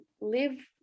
live